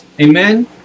Amen